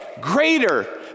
greater